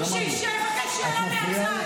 שתי שאילתות לקואליציה,